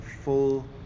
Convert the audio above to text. full